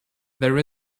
there